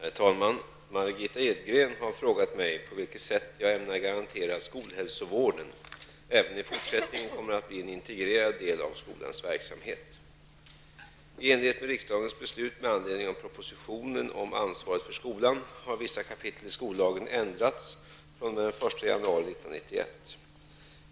Herr talman! Margitta Edgren har frågat mig på vilket sätt jag ämnar garantera att skolhälsovården även i fortsättningen kommer att bli en integrerad del av skolans verksamhet. I enlighet med riksdagens beslut med anledning av propositionen om ansvaret för skolan har vissa kapitel i skollagen ändrats den 1 januari 1991.